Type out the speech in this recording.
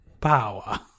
power